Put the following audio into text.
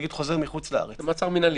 מחוץ לארץ --- זה מעצר מינהלי.